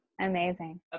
amazing